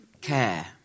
care